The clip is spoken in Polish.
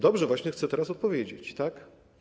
Dobrze, właśnie chcę teraz odpowiedzieć, tak?